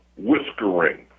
whiskering